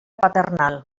paternal